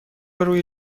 روی